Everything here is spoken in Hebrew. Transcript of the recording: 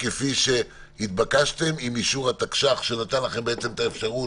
לכן, אני מבקש מכם כבר היום להתכנס אצלכם.